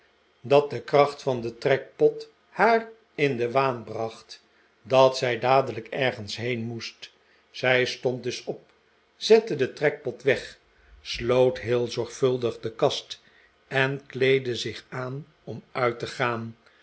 dat de kracht van den trekpot haar in den waan bracht dat zij dadelijk ergens heen moest zij stond dus op zette den trekpot weg sloot heel zorgvuldig de kast en kleedde zich aan om uit te gaan